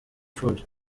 imfubyi